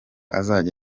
azajya